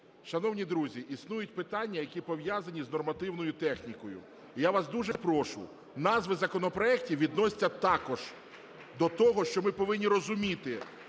Шановні друзі, існують питання, які пов'язані з нормативною технікою. Я вас дуже прошу, назви законопроектів відносяться також до того, що ми повинні розуміти,